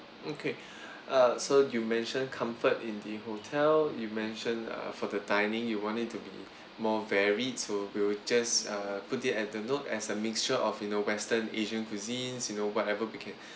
okay uh so you mentioned comfort in the hotel you mentioned uh for the dining you want it to be more varied so we will just err put it at the note as a mixture of you know western asian cuisines you know whatever we can